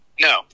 No